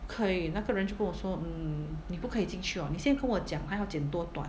不可以那个人就跟我说 mm 你不可以进去 orh 你先跟我讲她要剪多短